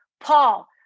Paul